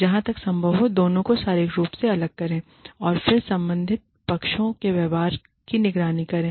जहां तक संभव हो दोनों को शारीरिक रूप से अलग करें और फिर संबंधित पक्षों के व्यवहार की निगरानी करें